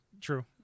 True